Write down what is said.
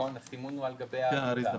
הסימון הוא על גבי האריזה.